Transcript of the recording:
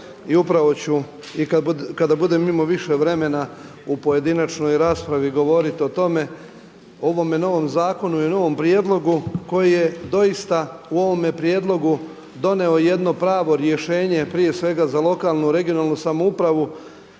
i upravo ću i kada budem imao više vremena u pojedinačnoj raspravi govoriti o tome, ovome novom zakonu i novom prijedlogu koji je doista u ovome prijedlogu doneo jedno pravo rješenje prije svega za lokalnu, regionalnu samoupravu